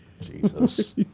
Jesus